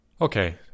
Okay